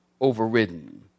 overridden